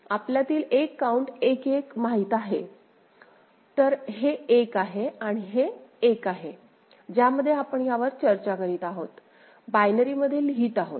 आपल्यातील एक काउन्ट 11 माहित आहे तर हे 1 आहे आणि हे 1 आहे ज्यामध्ये आपण यावर चर्चा करीत आहोत बायनरी मध्ये लिहित आहोत